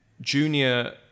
junior